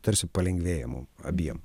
tarsi palengvėja mum abiem